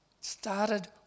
Started